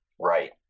Right